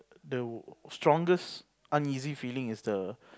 the strongest uneasy feeling is the